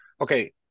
Okay